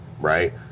right